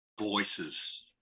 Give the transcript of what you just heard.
voices